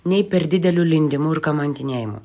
nei per dideliu lindimu ir kamantinėjimu